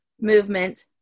movement